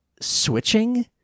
switching